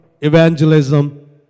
evangelism